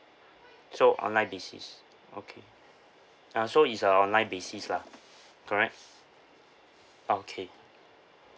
so online basis okay uh so is a online basis lah correct okay